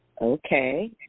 okay